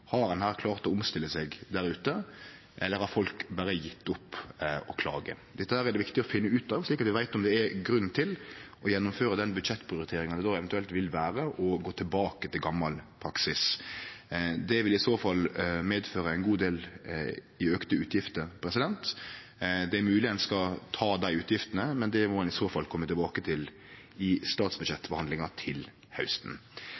ein har klart å omstille seg der ute, eller om folk berre har gjeve opp å klage. Det er det viktig å finne ut av, så vi veit om det er grunn til å gjennomføre budsjettprioriteringa det eventuelt vil vere å gå tilbake til gamal praksis. Det vil i så fall medføre ein god del auka utgifter. Det er mogleg at ein skal ta dei utgiftene, men det må ein i så fall kome tilbake til i statsbudsjettbehandlinga til hausten.